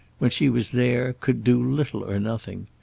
when she was there, could do little or nothing.